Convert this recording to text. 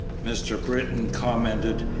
mr. britton commented,